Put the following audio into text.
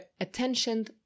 attention